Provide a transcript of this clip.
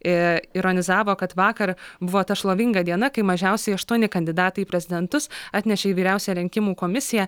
ironizavo kad vakar buvo ta šlovinga diena kai mažiausiai aštuoni kandidatai į prezidentus atnešė į vyriausiąją rinkimų komisiją